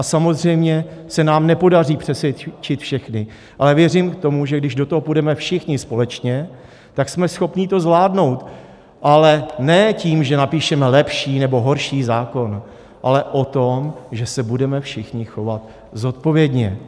Samozřejmě se nám nepodaří přesvědčit všechny, ale věřím tomu, že když do toho půjdeme všichni společně, tak jsme schopni to zvládnout, ale ne tím, že napíšeme lepší nebo horší zákon, ale o tom, že se budeme všichni chovat zodpovědně.